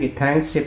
thanks